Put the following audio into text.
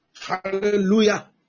Hallelujah